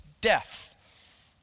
death